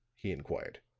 he inquired.